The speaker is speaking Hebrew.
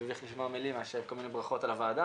מביך לשמוע מילים מאשר כל מיני ברכות על הוועדה,